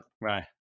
Right